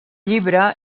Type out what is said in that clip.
llibre